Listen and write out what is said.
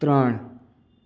ત્રણ